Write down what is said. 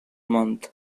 month